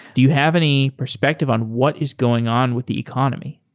do you have any perspective on what is going on with the economy?